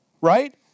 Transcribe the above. Right